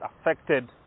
affected